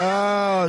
לא.